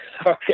Okay